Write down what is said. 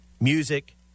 music